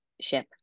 ship